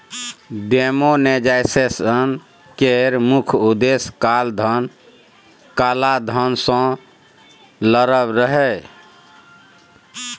demonetisation केर मुख्य उद्देश्य काला धन सँ लड़ब रहय